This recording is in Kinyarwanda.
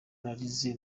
narize